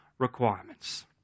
requirements